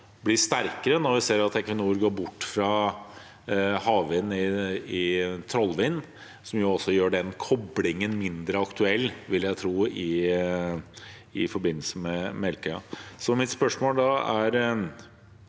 blir sterkere når vi ser at Equinor går bort fra havvind i Trollvind, som også gjør den koblingen mindre aktuell, vil jeg tro, i forbindelse med Melkøya. Mitt spørsmål er